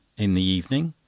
in the evening,